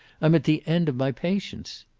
i'm at the end of my patience.